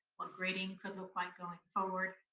what grading could look like going forward,